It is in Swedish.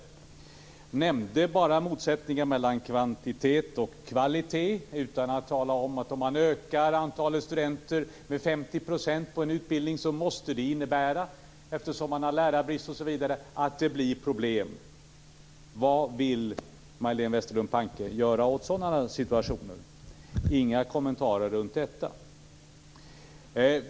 Majléne Westerlund Panke nämnde motsättningen mellan kvantitet och kvalitet utan att tala om att det blir problem om man ökar antalet studenter med 50 % på en utbildning, eftersom det är lärarbrist osv. Vad vill Majléne Westerlund Panke göra åt sådana situationer? Det gavs inga kommentarer runt detta.